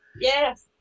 Yes